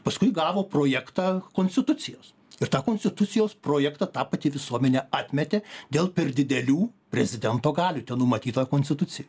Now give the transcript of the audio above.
paskui gavo projektą konstitucijos ir tą konstitucijos projektą ta pati visuomenė atmetė dėl per didelių prezidento galių numatyta konstitucijoj